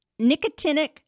nicotinic